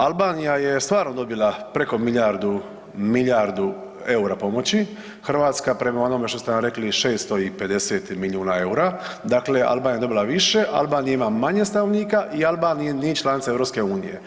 Albanija je stvarno dobila preko milijardu, milijardu EUR-a pomoći, Hrvatska prema onome što ste nam rekli 650 milijuna EUR-a, dakle Albanija je dobila više, Albanija ima manje stanovnika i Albanija nije članica EU.